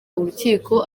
urukiko